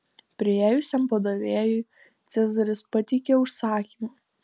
priėjusiam padavėjui cezaris pateikė užsakymą